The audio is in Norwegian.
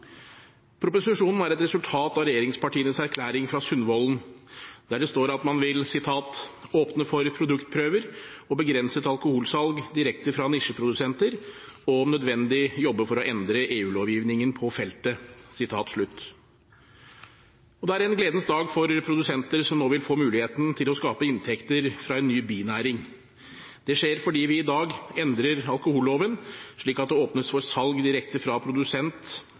Proposisjonen er et resultat av regjeringspartienes erklæring fra Sundvolden, der det står at man vil «åpne for produktprøver og begrenset alkoholsalg direkte fra nisjeprodusenter og om nødvendig jobbe for å endre EU-lovgivningen på feltet». Det er en gledens dag for produsenter som nå vil få muligheten til å skape inntekter fra en ny binæring. Det skjer fordi vi i dag endrer alkoholloven slik at det åpnes for salg direkte fra produsent